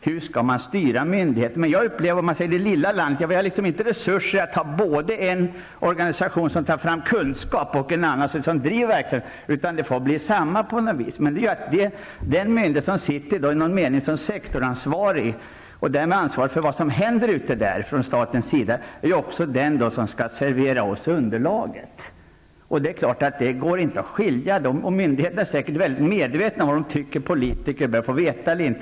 Hur skall myndigheter styras? Jag upplever att det lilla landet inte har resurser för både en organisation som tar fram kunskap och en som driver verksamheten, utan det får bli samma. Den myndighet som i dag fungerar som sektorsansvarig, och därmed ansvarig för vad som händer från statens sida, är den myndighet som skall servera oss underlaget. Det är klart att det inte går att skilja dem åt. Myndigheterna är säkert mycket medvetna om vad de tycker att politiker bör få veta eller inte.